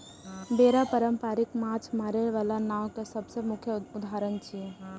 बेड़ा पारंपरिक माछ मारै बला नाव के सबसं मुख्य उदाहरण छियै